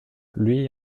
lui